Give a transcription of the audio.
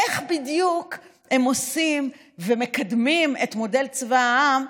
איך בדיוק הם עושים ומקדמים את מודל צבא העם,